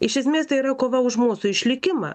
iš esmės tai yra kova už mūsų išlikimą